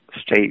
state